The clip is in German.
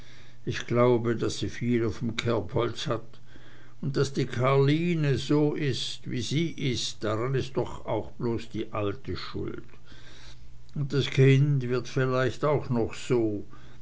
ich glaube daß sie viel auf m kerbholz hat und daß die karline so is wie sie is daran is doch auch bloß die alte schuld und das kind wird vielleicht auch noch so